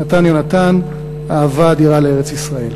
נתן יונתן, אהבה אדירה לארץ-ישראל.